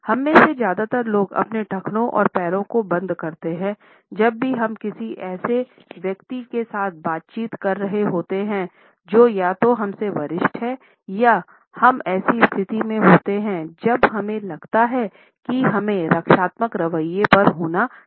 हममें से ज्यादातर लोग अपने टखनों और पैरों को बंद करते हैं जब भी हम किसी ऐसे व्यक्ति के साथ बातचीत कर रहे होते हैं जो या तो हमसे वरिष्ठ है या हम ऐसी स्थिति में होते हैं जब हमें लगता है कि हमें रक्षात्मक रवैये पर होना चाहिए